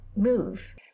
move